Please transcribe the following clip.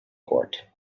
court